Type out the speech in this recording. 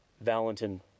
Valentin